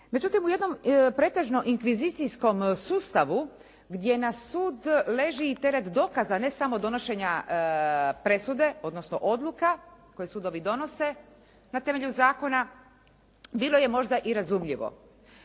Međutim u jednom pretežno inkvizicijskom sustavu gdje na sud leži i teret dokaza, a ne samo donošenja presude odnosno odluka koje sudovi donose na temelju zakona bilo je možda i razumljivo.